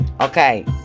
Okay